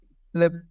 slip